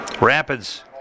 Rapids